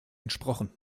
entsprochen